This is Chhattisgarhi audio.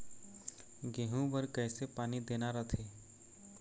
गेहूं बर कइसे पानी देना रथे?